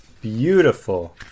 beautiful